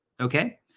Okay